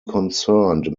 concerned